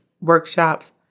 workshops